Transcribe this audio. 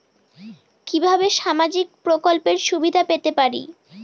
কিভাবে সামাজিক প্রকল্পের সুবিধা পেতে পারি?